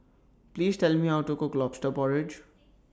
Please Tell Me How to Cook Lobster Porridge